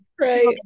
right